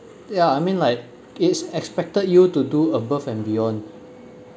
ya I mean like it's expected you to do above and beyond